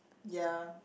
ya